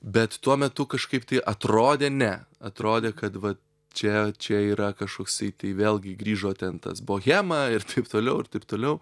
bet tuo metu kažkaip tai atrodė ne atrodė kad va čia čia yra kažkoksai tai vėlgi grįžo ten tas bohema ir taip toliau ir t toliau